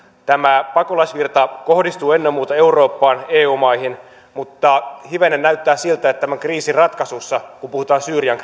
tämä pakolaisvirta kohdistuu ennen muuta eurooppaan eu maihin mutta hivenen näyttää siltä että tämän kriisin ratkaisusta kun puhutaan syyrian